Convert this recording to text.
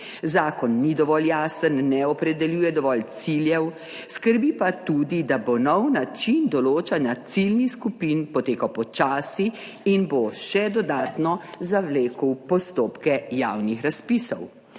Zakon ni dovolj jasen, ne opredeljuje dovolj ciljev, skrbi pa tudi, da bo nov način določanja ciljnih skupin potekal počasi in bo še dodatno zavlekel postopke javnih razpisov.